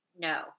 No